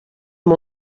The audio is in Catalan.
amb